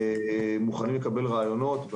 מוכנים לקבל רעיונות.